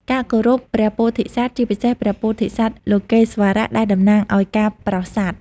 ការគោរព ព្រះពោធិសត្វ ជាពិសេស ព្រះពោធិសត្វលោកេស្វរៈ ដែលតំណាងឱ្យការប្រោសសត្វ។